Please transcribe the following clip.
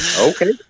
Okay